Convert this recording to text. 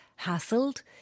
hassled